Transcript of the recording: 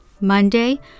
Monday